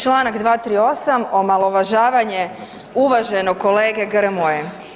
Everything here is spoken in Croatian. Čl. 238., omalovažavanje uvaženog kolege Grmoje.